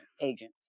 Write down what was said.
agent